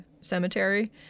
cemetery